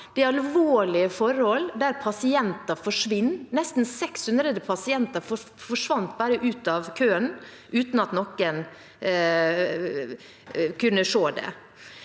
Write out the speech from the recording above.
Det er alvorlige forhold der pasienter forsvinner. Nesten 600 pasienter bare forsvant ut av køen uten at noen kunne se det.